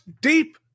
Deep